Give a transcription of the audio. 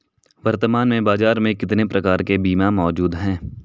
वर्तमान में बाज़ार में कितने प्रकार के बीमा मौजूद हैं?